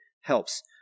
helps